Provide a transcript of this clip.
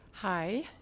Hi